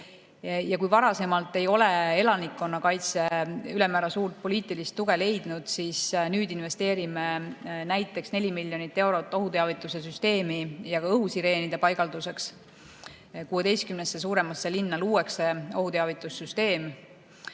Kui varasemalt ei ole elanikkonnakaitse ülemäära suurt poliitilist tuge leidnud, siis nüüd investeerime näiteks 4 miljonit eurot ohuteavitussüsteemide ja õhusireenide paigalduseks. 16 suuremas linnas luuakse ohuteavitussüsteem.